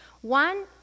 one